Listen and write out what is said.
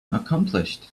accomplished